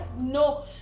no